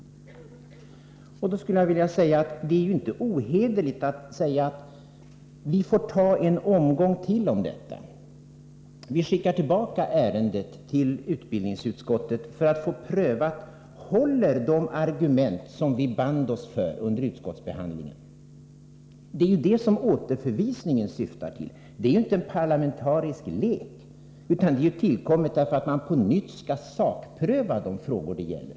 Jag tycker inte att det är ohederligt att framföra åsikten att vi bör ta en omgång till i den här frågan. Vi sänder tillbaka ärendet till utbildningsutskottet för att få prövat om de argument som vi band oss för under utskottsbehandlingen håller. Det är ju detta som återförvisningen syftar till. Den är ingen parlamentarisk lek, utan har tillkommit därför att man på nytt skall kunna sakpröva de frågor det gäller.